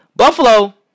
Buffalo